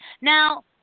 Now